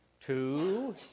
two